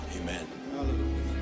Amen